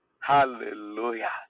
Hallelujah